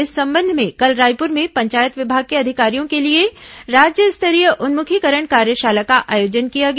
इस संबंध में कल रायपुर में पंचायत विभाग के अधिकारियों के लिए राज्य स्तरीय उन्मुखीकरण कार्यशाला का आयोजन किया गया